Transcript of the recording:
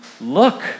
look